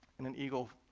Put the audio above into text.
and an eagle